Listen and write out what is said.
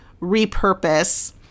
repurpose